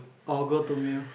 or go to meal